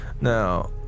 Now